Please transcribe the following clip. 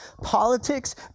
politics